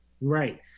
Right